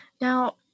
Now